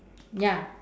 ya